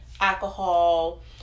alcohol